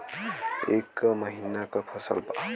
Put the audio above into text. ई क महिना क फसल बा?